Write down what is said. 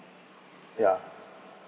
yeah